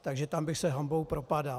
Takže tam bych se hanbou propadal.